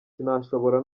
sinashobora